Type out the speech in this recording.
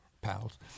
pals